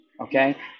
Okay